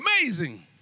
amazing